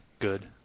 good